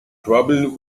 trouble